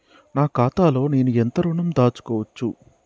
నా ఖాతాలో నేను ఎంత ఋణం దాచుకోవచ్చు?